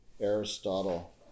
Aristotle